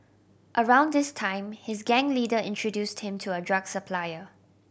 around this time his gang leader introduced him to a drug supplier